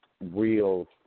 real